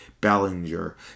Bellinger